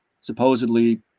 supposedly